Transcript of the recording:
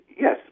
yes